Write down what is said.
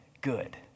good